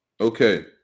Okay